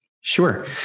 Sure